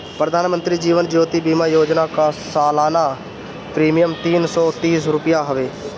प्रधानमंत्री जीवन ज्योति बीमा योजना कअ सलाना प्रीमियर तीन सौ तीस रुपिया हवे